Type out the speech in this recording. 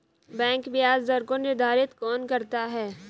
Bank ब्याज दर को निर्धारित कौन करता है?